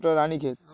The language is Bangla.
ওটা রানী ক্ষেত